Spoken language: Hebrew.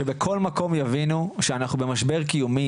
שבכל מקום יבינו שאנחנו במשבר קיומי,